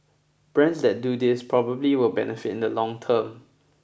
brands that do this properly will benefit in the long term